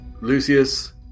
Lucius